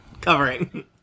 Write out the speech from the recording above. Covering